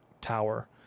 tower